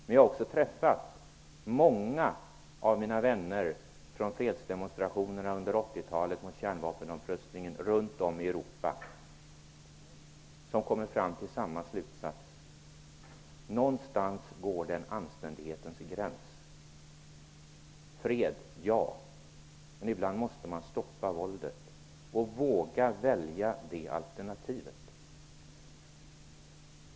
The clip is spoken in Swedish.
Men jag har också träffat många av mina vänner från fredsdemonstrationerna under 80-talet mot kärnvapenupprustningen runt om i Europa som har kommit fram till samma slutsats: någonstans går en anständighetens gräns. Fred -- ja, men ibland måste man stoppa våldet och våga välja det alternativet.